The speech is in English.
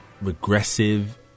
regressive